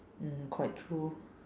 mm quite true